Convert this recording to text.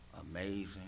amazing